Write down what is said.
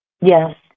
Yes